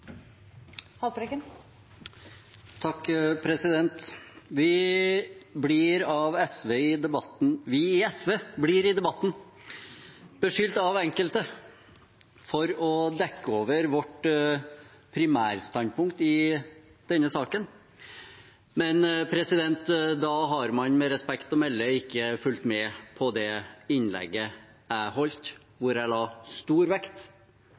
Vi i SV blir i debatten beskyldt av enkelte for å dekke over vårt primærstandpunkt i denne saken. Men da har man med respekt å melde ikke fulgt med på det innlegget jeg holdt, der jeg la stor vekt